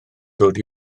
dod